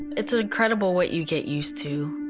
it's ah incredible what you get used to,